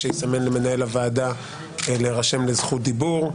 יסמן למנהל הוועדה להירשם לזכות דיבור.